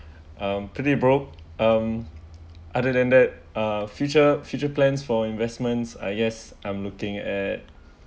um pretty broke um other than that uh future future plans for investments uh yes I'm looking at